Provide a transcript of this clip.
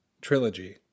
trilogy